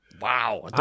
Wow